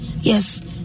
Yes